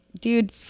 dude